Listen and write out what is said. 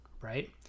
right